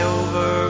over